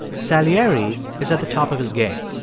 salieri is at the top of his game.